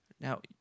Now